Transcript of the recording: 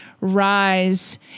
rise